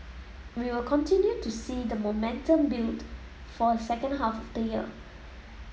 we will continue to see the momentum build for second half of the year